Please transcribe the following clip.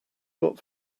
got